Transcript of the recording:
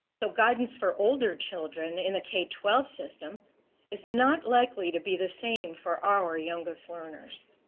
so guidance for older children in the k twelve system is not likely to be the same for our youngest learners.